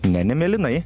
ne ne mėlynai